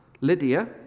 Lydia